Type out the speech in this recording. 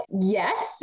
yes